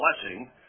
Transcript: blessing